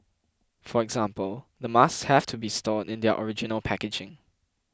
for example the masks have to be stored in their original packaging